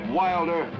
wilder